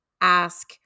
ask